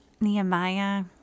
Nehemiah